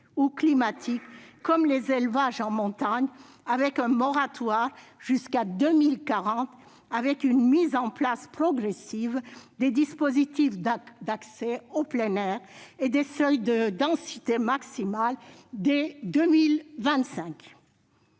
ou climatiques, comme les élevages en montagne, à l'horizon de 2040, avec une mise en place progressive des dispositifs d'accès au plein air et des seuils de densité maximale dès 2025.